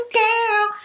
girl